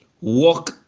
walk